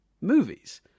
movies